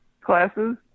classes